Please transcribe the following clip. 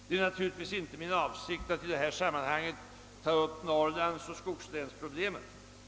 Det är naturligtvis inte min avsikt att i detta sammanhang ta upp Norrlands och skogslänens problem.